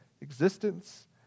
existence